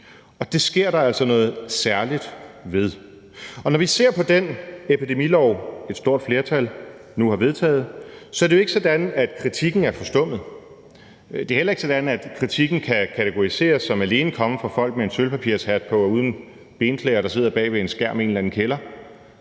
og det sker der altså noget særligt ved. Når vi ser på den epidemilov, et stort flertal nu har vedtaget, så er det jo ikke sådan, at kritikken er forstummet. Det er heller ikke sådan, at kritikken kan kategoriseres som alene kommende fra folk med en sølvpapirshat på og uden benklæder, der sidder bag ved en skærm i en kælder.